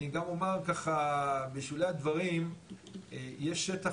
אני גם אומר ככה בשולי הדברים, יש שטח